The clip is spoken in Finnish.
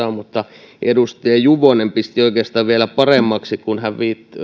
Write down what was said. on mutta edustaja juvonen pisti oikeastaan vielä paremmaksi kun hän